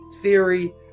theory